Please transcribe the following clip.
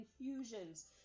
infusions